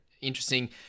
interesting